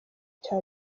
cya